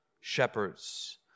shepherds